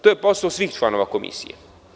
To je posao svih članova Komisije.